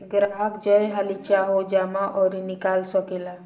ग्राहक जय हाली चाहो जमा अउर निकाल सकेला